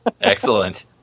Excellent